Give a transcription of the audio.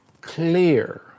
clear